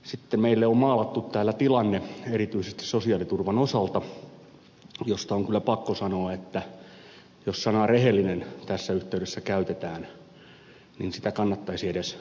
sitten meille on maalattu täällä erityisesti sosiaaliturvan osalta tilanne josta on kyllä pakko sanoa että jos sanaa rehellinen tässä yhteydessä käytetään niin sitä kannattaisi edes yrittää toteuttaa